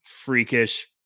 freakish